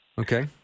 Okay